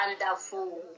Wonderful